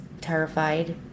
terrified